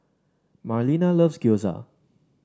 Marlena loves Gyoza